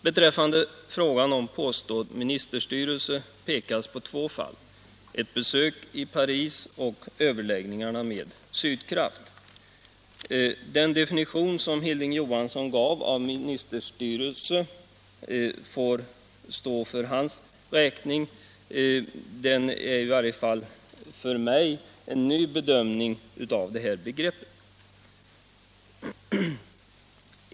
Beträffande frågan om påstådd ministerstyrelse pekas på två fall: ett besök i Paris och överläggningarna med Sydkraft. Den definition som Hilding Johansson gav av ministerstyrelse får stå för hans räkning. Den är i alla fall för mig en ny bedömning av begreppet.